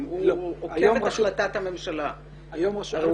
הוא לא ייקח את החלטת הממשלה ויאמר